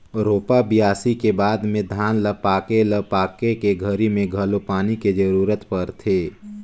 रोपा, बियासी के बाद में धान ल पाके ल पाके के घरी मे घलो पानी के जरूरत परथे